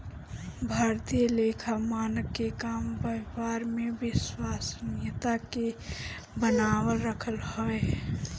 भारतीय लेखा मानक के काम व्यापार में विश्वसनीयता के बनावल रखल हवे